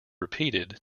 repeated